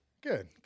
Good